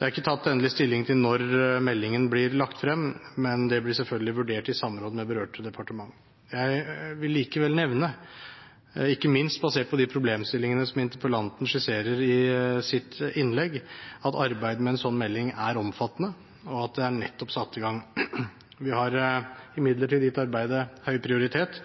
Det er ikke tatt endelig stilling til når meldingen blir lagt frem, men det blir selvfølgelig vurdert i samråd med berørte departementer. Jeg vil likevel nevne – ikke minst basert på de problemstillingene som interpellanten skisserer i sitt innlegg – at arbeidet med en slik melding er omfattende, og at det nettopp er satt i gang. Vi har imidlertid gitt arbeidet høy prioritet,